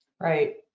Right